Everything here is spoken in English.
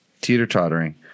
teeter-tottering